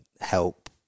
help